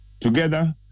together